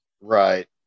right